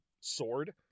sword